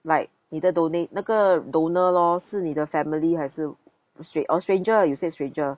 like 你的 donate 那个 donor lor 是你的 family 还是 strang~ oh stranger you said stranger